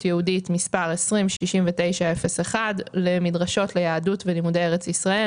יהודית מס' 20-69-01 למדרשות ליהדות ולימודי ארץ ישראל,